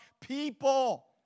people